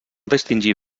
distingir